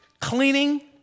cleaning